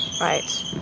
Right